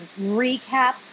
Recap